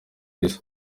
isi